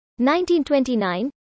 1929